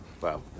Wow